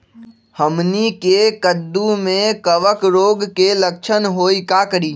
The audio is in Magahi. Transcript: हमनी के कददु में कवक रोग के लक्षण हई का करी?